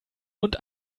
und